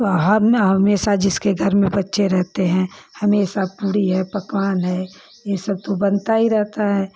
हम हमेशा जिसके घर में बच्चे रहते हैं हमेशा पूरी है पकवान है यह सब तो बनता ही रहता है